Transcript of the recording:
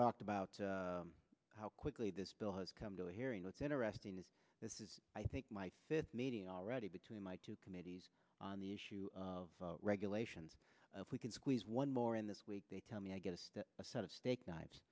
talked about how quickly this bill has come to a hearing what's interesting is this is i think my fifth meeting already between my two committees on the issue of regulations and if we can squeeze one more in this week they tell me i get a set of steak knives